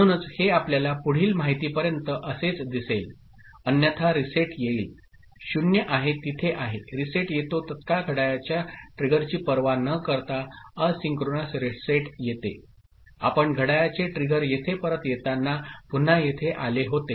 म्हणूनच हे आपल्याला पुढील माहितीपर्यंत असेच दिसेल अन्यथा रीसेट येईल 0 आहे तिथे आहे रीसेट येतो तत्काळ घड्याळाच्या ट्रिगरची पर्वा न करता एसिन्क्रॉनस रीसेट येते आपण घड्याळाचे ट्रिगर येथे परत येताना पुन्हा येथे आले होते